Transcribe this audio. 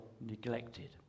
neglected